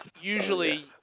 usually